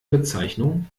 bezeichnung